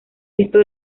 esto